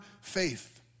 faith